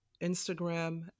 Instagram